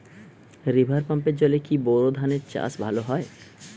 River পাম্পের জলে কি বোর ধানের চাষ ভালো হয়?